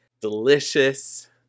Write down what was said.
delicious